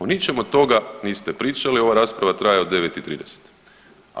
O ničem od toga niste pričali, ova rasprava traje od 9 i 30.